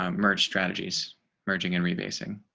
um merge strategies merging and rebasing